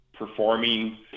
performing